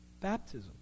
baptism